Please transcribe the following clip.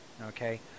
Okay